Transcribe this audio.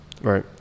right